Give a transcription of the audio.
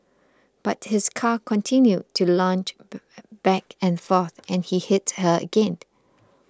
but his car continued to lunge back and forth and he hit her again